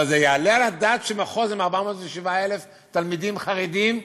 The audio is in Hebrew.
אבל זה יעלה על הדעת שמחוז עם 407,000 תלמידים חרדים,